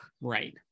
Right